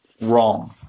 wrong